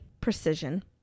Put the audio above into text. precision